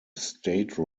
state